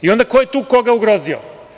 I onda ko je tu koga ugrozio?